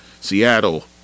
seattle